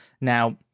Now